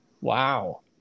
Wow